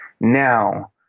Now